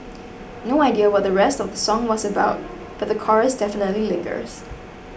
no idea what the rest of the song was about but the chorus definitely lingers